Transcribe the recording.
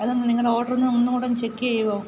അത് നിങ്ങളുടെ ഓഡർ ഒന്ന് ഒന്നുകൂടെ ഒന്ന് ചെക്ക് ചെയ്യുമോ